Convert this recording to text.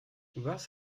was